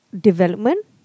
development